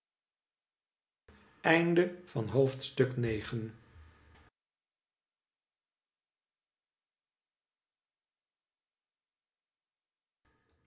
droomde van het